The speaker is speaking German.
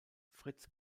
fritz